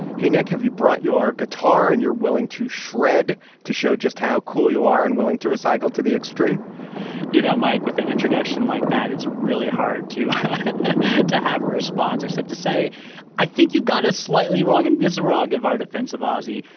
hey nick have you brought your guitar and you're willing to shred to show just how cool you are and willing to recycle to the extreme you know mike with an introduction like that it's really hard to to have a response except to say i think you've got a slightly wrong and this frog of our defensive ozzy.